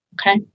Okay